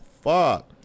fuck